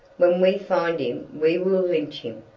when we find him we will lynch him,